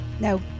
No